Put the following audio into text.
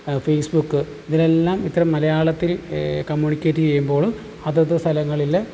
Facebook ഇതിലെല്ലാം ഇത്തരം മലയാളത്തിൽ കമ്മ്യൂണിക്കേറ്റ് ചെയ്യുമ്പോൾ അതത് സ്ഥലങ്ങളിലെ